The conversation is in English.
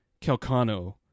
Calcano